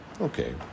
Okay